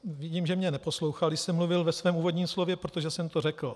Vidím, že mě neposlouchal, když jsem mluvil ve svém úvodním slově, protože jsem to řekl.